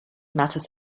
matters